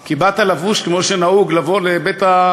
כי באת לבוש כמו שנהוג לבוא לקונגרס,